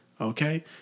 Okay